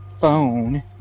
phone